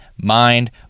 mind